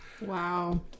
Wow